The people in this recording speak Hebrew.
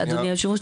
אדוני היושב-ראש,